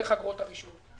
דרך אגרות הרישוי.